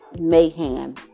mayhem